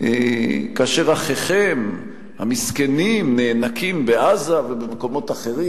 כאשר אחיכם המסכנים נאנקים בעזה ובמקומות אחרים.